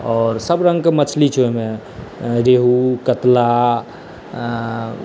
आओर सब रंग के मछली छै ओहि मे रेहु कतला